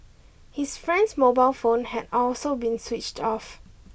his friend's mobile phone had also been switched off